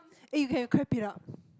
eh you can crap it up